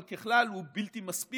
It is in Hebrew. אבל ככלל הוא בלתי מספיק,